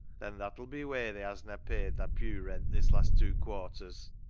then that'll be whey tha hezna paid thy pew-rent this last two quarters.